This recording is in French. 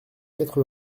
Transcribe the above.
quatre